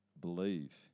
believe